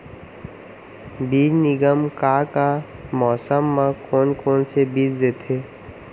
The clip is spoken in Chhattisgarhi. बीज निगम का का मौसम मा, कौन कौन से बीज देथे?